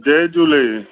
जय झूले